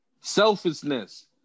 Selfishness